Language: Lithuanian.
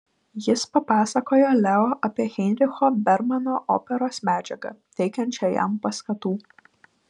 jis papasakojo leo apie heinricho bermano operos medžiagą teikiančią jam paskatų